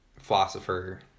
philosopher